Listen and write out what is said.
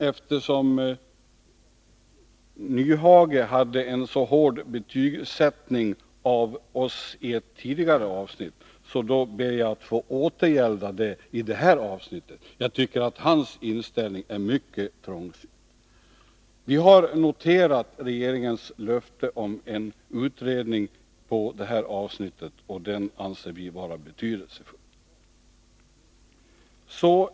Eftersom Hans Nyhage gjorde en så hård betygssättning av oss i ett tidigare avsnitt, ber jag att få återgälda det i det här avsnittet. Jag tycker att hans inställning är mycket trångsynt. Vi har noterat regeringens löfte om en utredning i detta avsnitt, och denna anser vi vara betydelsefull.